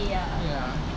ya